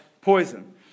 poison